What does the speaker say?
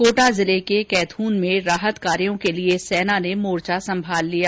कोटा जिले के कैथून में राहत कार्यो के लिये सेना ने मोर्चा संभाल लिया